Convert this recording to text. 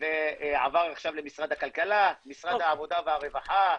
ועבר עכשיו למשרד הכלכלה, משרד העבודה והרווחה,